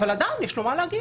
אבל עדיין יש לו מה להגיד.